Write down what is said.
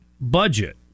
budget